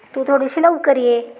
तू थोडीशी लवकर ये